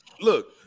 look